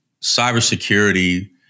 cybersecurity